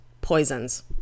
poisons